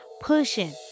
pushing